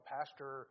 Pastor